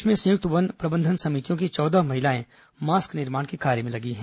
प्रदेश में संयुक्त वन प्रबंधन समितियों की चौदह महिलाएं मास्क निर्माण के कार्य में लगी हैं